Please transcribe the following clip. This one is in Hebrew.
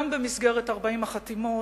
גם במסגרת 40 החתימות,